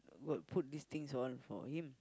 got put all these things all for him